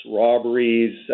robberies